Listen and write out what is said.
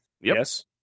Yes